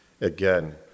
Again